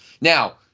Now